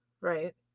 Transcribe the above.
Right